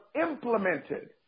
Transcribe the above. implemented